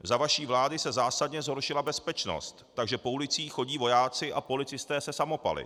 Za vaší vlády se zásadně zhoršila bezpečnost, takže po ulicích chodí vojáci a policisté se samopaly.